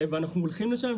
ואנחנו הולכים לשם.